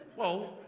well,